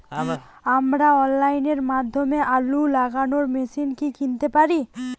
আমরা অনলাইনের মাধ্যমে আলু লাগানো মেশিন কি কিনতে পারি?